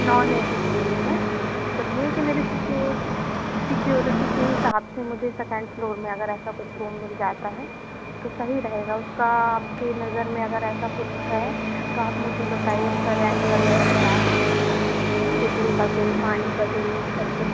non A C चाहिए है पर यही कि मेरी सिक्योरिटी के हिसाब से मुझे सेकेंड फ्लोर में अगर ऐसा कुछ रूम मिल जाता है तो सही रहेगा उसका आपकी नज़र में अगर ऐसा कुछ है तो आप मुझे बताइए उसका रेंट वग़ैरह क्या है कितना बिजली का बिल पानी का बिल सब कुछ